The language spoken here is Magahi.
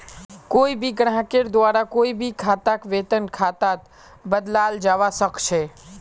कोई भी ग्राहकेर द्वारा कोई भी खाताक वेतन खातात बदलाल जवा सक छे